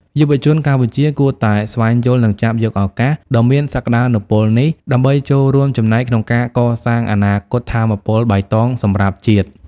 យុវជនកម្ពុជាគួរតែស្វែងយល់ និងចាប់យកឱកាសដ៏មានសក្តានុពលនេះ ដើម្បីចូលរួមចំណែកក្នុងការកសាងអនាគតថាមពលបៃតងសម្រាប់ជាតិ។